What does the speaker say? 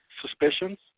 suspicions